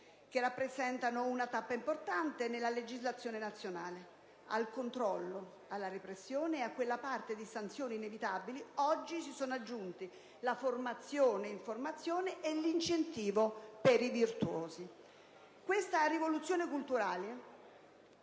rappresentano una tappa importante nella legislazione nazionale. Al controllo, alla repressione e a quella parte di sanzioni inevitabili, oggi si sono aggiunti la formazione, l'informazione e l'incentivo per i virtuosi. Questa rivoluzione culturale...